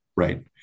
Right